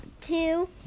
two